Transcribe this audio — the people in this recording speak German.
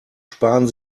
sparen